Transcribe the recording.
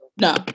no